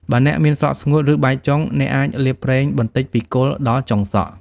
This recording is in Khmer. បើអ្នកមានសក់ស្ងួត ឬបែកចុង អ្នកអាចលាបប្រេងបន្តិចពីគល់ដល់ចុងសក់។